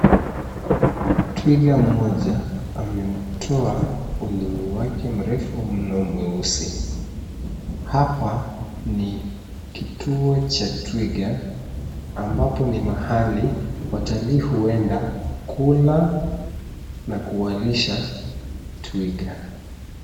Twiga mmoja ameutoa ulimi wake mrefu mno mweusi. Hapa ni kituo cha twiga ambapo ni mahali watalii huenda kula na kuwalisha twiga.